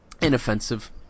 Inoffensive